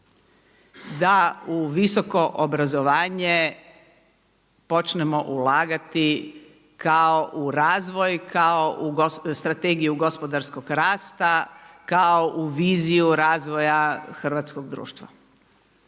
da u visoko obrazovanje počnemo ulagati kao u razvoj, kao u Strategiju gospodarskog rasta, kao u viziju razvoja hrvatskog društva.